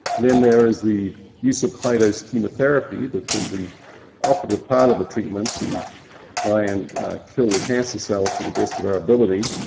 then there is the use of high dose chemotherapy, which is the operative part of the treatment to try and kill the cancer cells to the best of our ability.